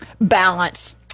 Balance